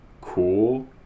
cool